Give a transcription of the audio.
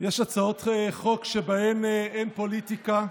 יש הצעות חוק שבהן אין פוליטיקה,